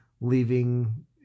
leaving